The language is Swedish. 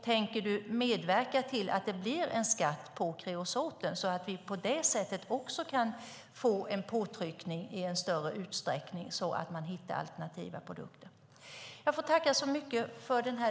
Tänker du medverka till att det blir en skatt på kreosot så att vi på det sättet även kan få större påtryckning för att hitta alternativa produkter?